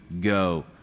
go